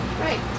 Right